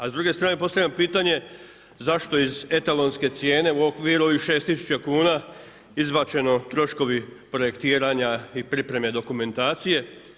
A s druge strane postavljam pitanje zašto iz etalonske cijene u okviru ovih 6 tisuća kuna izbačeno troškovi projektiranja i pripreme dokumentacije.